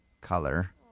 color